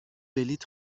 بلیط